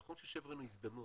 נכון ש'שברון' הוא הזדמנות,